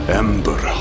ember